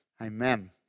Amen